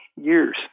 years